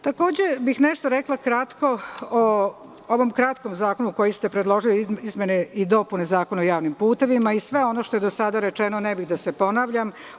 Takođe, rekla bih nešto o ovom kratkom zakonu koji ste predložili, izmene i dopune Zakona o javnim putevima, i sve ono što je do sada rečeno, ne bih da se ponavljam.